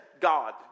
God